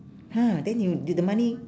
!huh! then you did the money